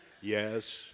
Yes